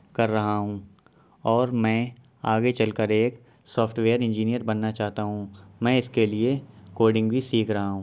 کر رہا ہوں اور میں آگے چل کر ایک سافٹ ویئر انجینیئر بننا چاہتا ہوں میں اس کے لیے کوڈنگ بھی سیکھ رہا ہوں